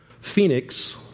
Phoenix